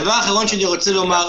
זה דבר שהוא בלתי אפשרי.